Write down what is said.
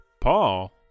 Paul